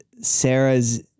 Sarah's